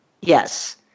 Yes